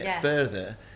further